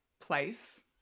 place